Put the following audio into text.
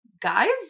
guys